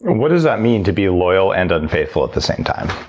and what does that mean to be a loyal and unfaithful at the same time?